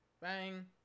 Bang